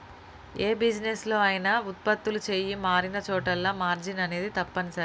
యే బిజినెస్ లో అయినా వుత్పత్తులు చెయ్యి మారినచోటల్లా మార్జిన్ అనేది తప్పనిసరి